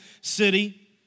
city